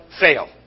fail